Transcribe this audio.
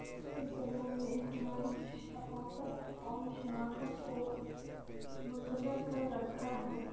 اس زبان نے ہماری شفقت اور شناخت کو منتظر کر رکھا ہے